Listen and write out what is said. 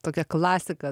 tokia klasika